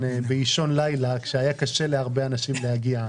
באישון לילה כשהיה קשה להרבה אנשים להגיע.